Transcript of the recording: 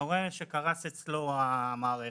קרסה אצלו המערכת,